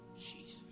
Jesus